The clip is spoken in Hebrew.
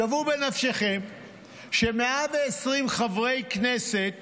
שוו בנפשכם ש-120 חברי כנסת